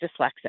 dyslexic